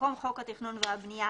במקום "חוק התכנון והבניה,